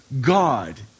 God